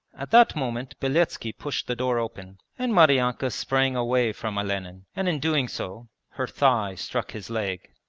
at that moment beletski pushed the door open, and maryanka sprang away from olenin and in doing so her thigh struck his leg.